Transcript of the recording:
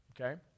Okay